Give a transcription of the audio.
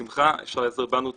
אז בשמחה אפשר להיעזר בנו תמיד,